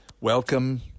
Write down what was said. Welcome